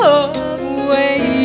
away